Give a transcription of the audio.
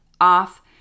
off